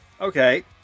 Okay